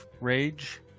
rage